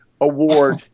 Award